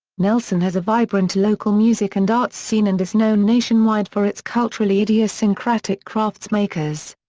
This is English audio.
nelson has a vibrant local music and arts scene and is known nationwide for its culturally idiosyncratic craftsmakers.